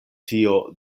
tio